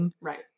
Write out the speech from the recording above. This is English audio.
Right